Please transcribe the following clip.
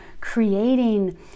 creating